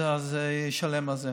הוא ישלם על זה.